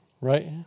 right